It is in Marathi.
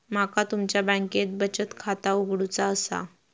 माका तुमच्या बँकेत बचत खाता उघडूचा असा?